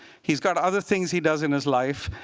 he's got other things he does in his life,